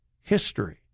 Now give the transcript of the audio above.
history